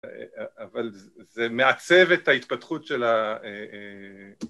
אבל זה מעצב את ההתפתחות של ה...